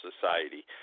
society